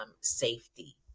safety